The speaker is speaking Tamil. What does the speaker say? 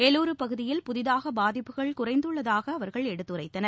எலூரு பகுதியில் புதிதாக பாதிப்புகள் குறைந்துள்ளதாக அவர்கள் எடுத்துரைத்தனர்